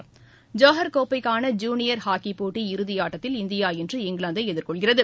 ஆட்டமிழந்தது Johor கோப்பைக்கான junior ஹாக்கிப் போட்டி இறுதி ஆட்டத்தில் இந்தியா இன்று இங்கிலாந்தை எதிர்கொள்கிறது